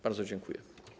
Bardzo dziękuję.